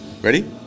ready